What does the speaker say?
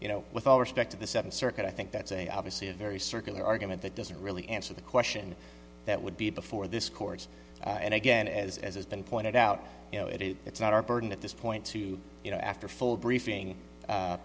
you know with all respect to the second circuit i think that's a obviously a very circular argument that doesn't really answer the question that would be before this chords and again as as has been pointed out you know it is it's not our burden at this point to you know after a full briefing